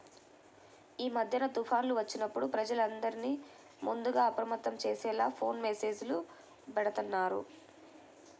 యీ మద్దెన తుఫాన్లు వచ్చినప్పుడు ప్రజలందర్నీ ముందుగానే అప్రమత్తం చేసేలా ఫోను మెస్సేజులు బెడతన్నారు